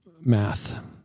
math